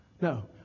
No